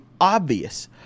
obvious